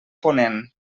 ponent